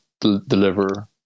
deliver